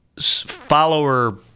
follower